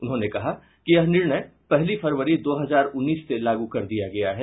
उन्होंने कहा कि यह निर्णय पहली फरवरी दो हजार उन्नीस से लागू कर दिया गया है